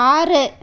ஆறு